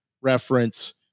reference